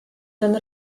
ten